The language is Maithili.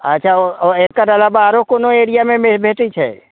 अच्छा एकर अलावा आओर कोनो एरियामे मिलै भेटै छै